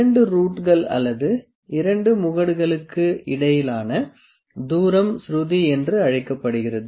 2 ரூட்கள் அல்லது 2 முகடுகளுக்கு இடையிலான தூரம் சுருதி என்று அழைக்கப்படுகிறது